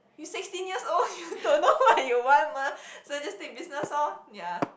you sixteen years old you don't know what you want mah so just take business lor ya